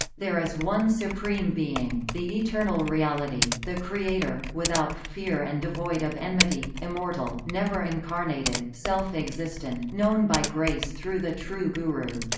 there is one supreme being, the eternal reality, the creator, without fear and devoid of enmity, immortal, never incarnated, self-existent, known by grace through the true guru.